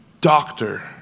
doctor